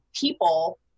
people